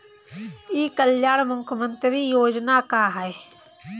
ई कल्याण मुख्य्मंत्री योजना का है?